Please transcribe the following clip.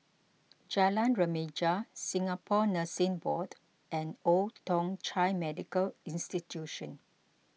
Jalan Remaja Singapore Nursing Board and Old Thong Chai Medical Institution